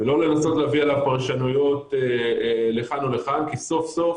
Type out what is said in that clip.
ולא לנסות להביא עליו פרשנויות לכאן או לכאן כי סוף סוף